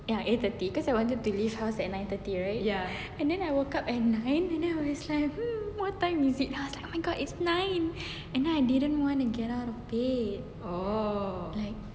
ya eight thirty cause I want leave house at nine thirty right and then I woke up at nine and then I was like hmm what time is it I was like oh my god it's nine and then I didn't want to get out of bed